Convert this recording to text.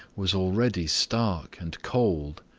was already stark and cold.